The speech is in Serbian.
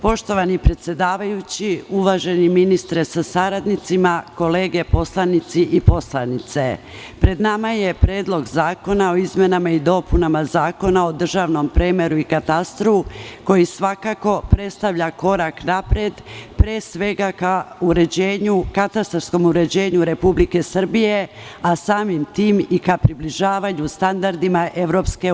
Poštovani predsedavajući, uvaženi ministre sa saradnicima, kolege poslanici i poslanice, pred nama je Predlog zakona o izmenama i dopunama Zakona o državnom premeru i katastru, koji svakako predstavlja korak napred pre svega ka katastarskom uređenju Republike Srbije, a samim tim i ka približavanju standardima EU.